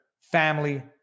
family